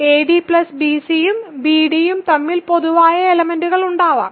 adbc യും bd യും തമ്മിൽ പൊതുവായ എലെമെന്റ്സ്കളുണ്ടാകാം